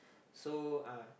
so ah